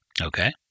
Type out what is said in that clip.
okay